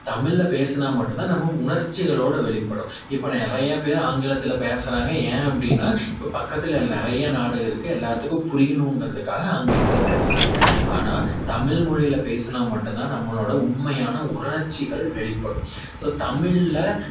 தமிழில் பேசினா மட்டும் தான் நம்ம உணர்ச்சிகளோடு வெளிப்படும் இப்போ நிறைய பேர் ஆங்கிலத்தில் பேசுகிறாங்க ஏன் அப்படின்னா இப்போ பக்கத்தில் நிறைய நாடு இருக்குது எல்லாத்துக்கும் புரியணுங்கிறதுக்காக ஆங்கிலத்தில் பேசுகிறாங்க ஆனால் தமிழ் மொழியில பேசினா மட்டும் தான் நம்மளோடய உண்மையான உணர்ச்சிகள் வெளிப்படும் ஸோ தமிழில்